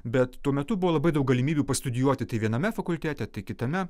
bet tuo metu buvo labai daug galimybių pastudijuoti tai viename fakultete tai kitame